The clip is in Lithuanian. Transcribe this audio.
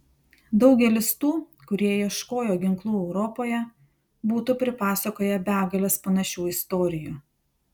daugelis tų kurie ieškojo ginklų europoje būtų pripasakoję begales panašių istorijų